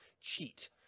cheat